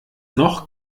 noch